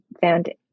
found